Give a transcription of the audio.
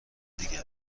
دیگه